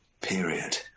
period